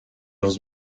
los